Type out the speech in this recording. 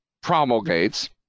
promulgates